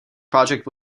project